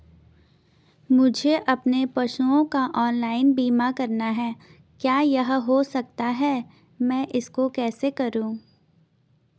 मुझे अपने पशुओं का ऑनलाइन बीमा करना है क्या यह हो सकता है मैं इसको कैसे करूँ?